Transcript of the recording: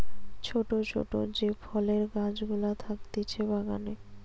ছোট ছোট যে ফলের গাছ গুলা থাকতিছে বাগানে